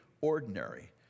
ordinary